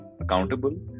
accountable